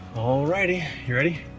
alrighty, you ready?